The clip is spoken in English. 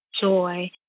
joy